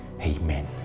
Amen